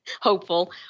hopeful